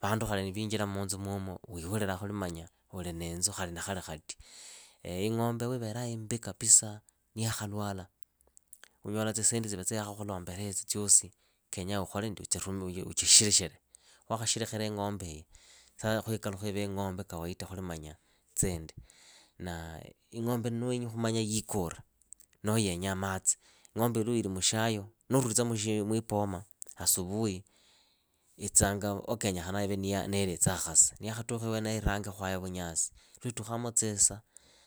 vandu khali niviinjira munzu muomo wihulilaa khuli uli uliniinzu khali niva ni khati ing'ombe wiivera imbi kapisa ni niyakhakwala, unyola tsisendi tsiivetsaa yakhkhulombeleetso tsiosi kenyaa uchisherelekhele. Waakhasherekhela ing'ombe iyi. sasa khuikhalukhe ive ing'ombe kawaita khuli manya tsindi. ing'ombe ni wenyi khumanya yiikure noho yenyaa matsi, ing'ombeiyi lurulitse mushyayo, nuurulitsa mwipoma asupuhi itsanga wa kenyaa ive niilitsaa khase. Ni yakhatukha iweneyo irange khwaya vunyasi. Lwitukhaamutsisa